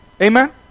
Amen